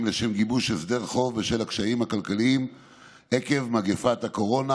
לשם גיבוש הסדר חוב בשל הקשיים הכלכליים עקב מגפת הקורונה